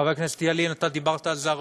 חבר הכנסת ילין, אתה דיברת על זה הרבה,